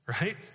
Right